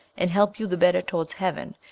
and help you the better towards heaven,